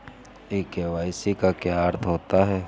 ई KYC का क्या अर्थ होता है?